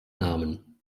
namen